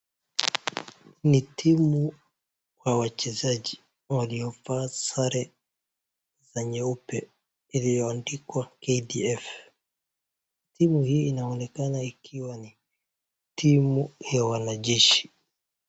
Ni timu wa wachezaji waliovaa sare za nyeupe iliyo andikwa KDF,timu hii inaonekana ikiwa na timu ya wanajeshi.